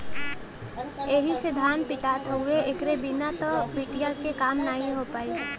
एही से धान पिटात हउवे एकरे बिना त पिटिया के काम नाहीं हो पाई